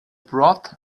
broth